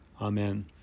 Amen